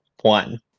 one